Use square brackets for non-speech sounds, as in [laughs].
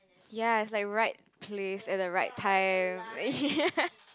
ya it's like right place at the right time [laughs] yes